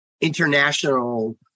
international